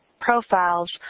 profiles